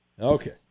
Okay